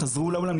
חזרו לאולם,